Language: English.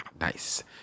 Nice